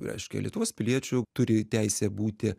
reiškia lietuvos piliečiu turi teisę būti